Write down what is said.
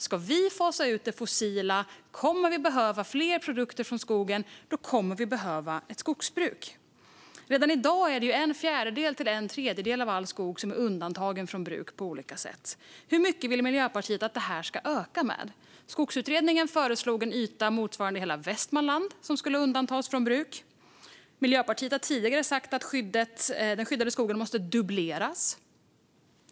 Ska vi fasa ut det fossila kommer vi att behöva fler produkter från skogen. Då kommer vi att behöva ett skogsbruk. Redan i dag är mellan en fjärdedel och en tredjedel av all skog undantagen från bruk på olika sätt. Hur mycket vill Miljöpartiet att det ska öka med? Skogsutredningen föreslog att en yta motsvarande hela Västmanland skulle undantas från bruk. Miljöpartiet har tidigare sagt att den skyddade skogen måste dubbleras.